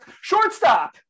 Shortstop